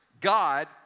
God